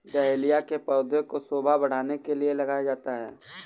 dahlia के पौधे को शोभा बढ़ाने के लिए लगाया जाता है